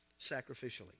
sacrificially